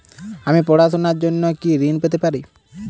আমি পড়াশুনার জন্য কি ঋন পেতে পারি?